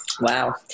Wow